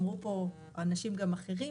ואמרו פה אנשים אחרים,